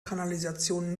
kanalisation